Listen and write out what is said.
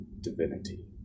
divinity